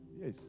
Yes